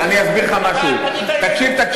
אני אסביר לך משהו, אתה פנית אלינו?